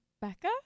Becca